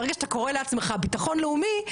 ברגע שאתה קורא לעצמך ביטחון לאומי,